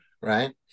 Right